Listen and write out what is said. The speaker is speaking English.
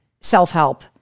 self-help